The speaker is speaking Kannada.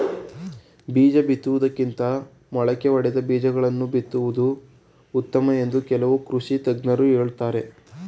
ಬೀಜ ಬಿತ್ತುವುದಕ್ಕಿಂತ ಮೊಳಕೆ ಒಡೆದ ಬೀಜಗಳನ್ನು ಬಿತ್ತುವುದು ಉತ್ತಮ ಎಂದು ಕೆಲವು ಕೃಷಿ ತಜ್ಞರು ಹೇಳುತ್ತಾರೆ